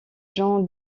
jean